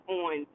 on